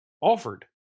offered